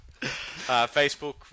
Facebook